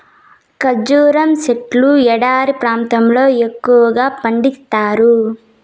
ఖర్జూరం సెట్లు ఎడారి ప్రాంతాల్లో ఎక్కువగా పండిత్తారు